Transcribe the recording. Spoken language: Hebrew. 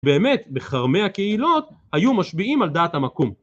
באמת בכרמי הקהילות היו משביעים על דעת המקום.